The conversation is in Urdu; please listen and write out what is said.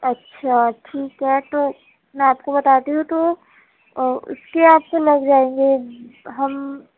اچھا ٹھیک ہے تو میں آپ کو بتاتی ہوں تو اُس کے آپ کو لگ جائیں گے ہم